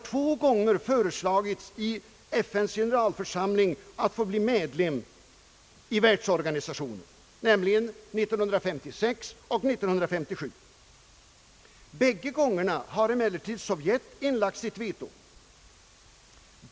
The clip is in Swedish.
Två gånger har Sydvietnam i FN:s generalförsamling föreslagits till medlem i världsorganisationen, nämligen 1956 och 1957; bägge gångerna inlade emellertid Sovjet sitt veto.